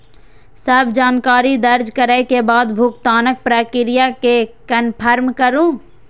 सब जानकारी दर्ज करै के बाद भुगतानक प्रक्रिया कें कंफर्म करू